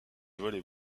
volley